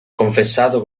confessato